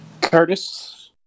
Curtis